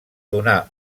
donar